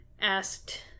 asked